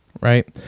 right